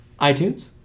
iTunes